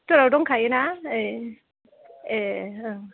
स्ट'राव दंखायोना ए ए